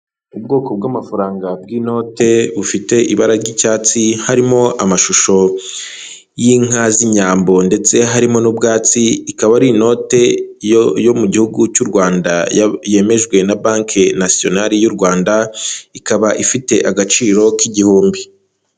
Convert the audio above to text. Ubwoko bw'amafaranga bw'inote bufite ibara ry'icyatsi harimo amashusho y'inka z'inyambo ndetse harimo n'ubwatsi. Ikaba ari inote yo mu gihugu cy'u Rwanda yemejwe na banki nasiyonali y'u Rwanda ikaba ifite agaciro k'igihumbi.